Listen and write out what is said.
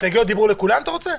הסתייגויות דיבור לכולם אתה רוצה?